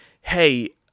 hey